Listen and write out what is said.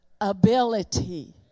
ability